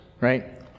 right